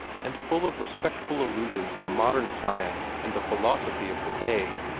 and full of respectful allusions to modern science and the philosophy of the day.